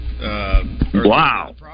Wow